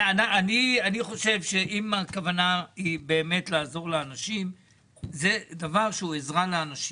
אני חושב שאם הכוונה היא באמת לעזור לאנשים זה דבר שהוא עזרה לאנשים,